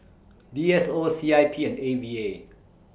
D S O C I P and A V A